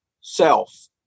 self